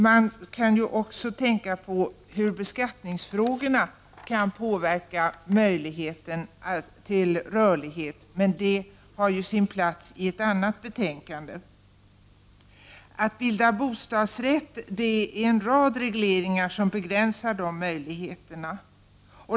Man kan ju också tänka på hur beskattningen kan påverka möjligheterna till rörlighet. Men den saken har sin plats i ett annat betänkande. När det gäller att bilda bostadsrätt finns det en rad regleringar som begränsar möjligheterna.